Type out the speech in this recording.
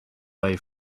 wave